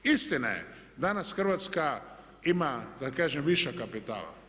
Istina je, danas Hrvatska ima da kažem višak kapitala.